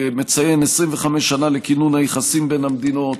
מציין 25 שנה לכינון היחסים בין המדינות.